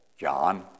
John